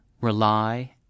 rely